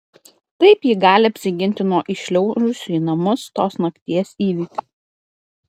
taip ji gali apsiginti nuo įšliaužusių į namus tos nakties įvykių